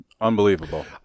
unbelievable